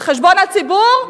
על חשבון הציבור,